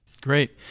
Great